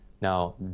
Now